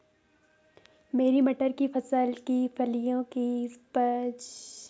मेरी मटर की फसल की फलियों की उपज कम है इसके फलियां बनने के लिए क्या कर सकते हैं?